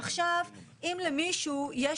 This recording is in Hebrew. עכשיו, אם למישהו יש